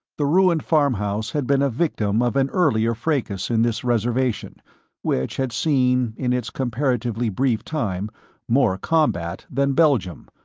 the ruined farm house had been a victim of an earlier fracas in this reservation which had seen in its comparatively brief time more combat than belgium,